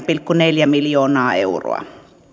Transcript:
pilkku neljä miljoonaa euroa